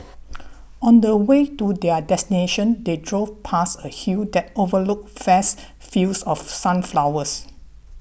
on the way to their destination they drove past a hill that overlooked vast fields of sunflowers